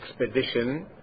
expedition